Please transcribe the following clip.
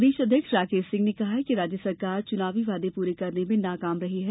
प्रदेश अध्यक्ष राकेश सिंह ने कहा है कि राज्य सरकार चुनावी वादे पूरे करने में नाकाम रही है